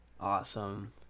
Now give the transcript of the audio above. awesome